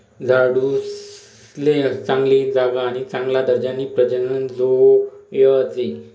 झाडूसले चांगली जागा आणि चांगला दर्जानी प्रजनन जोयजे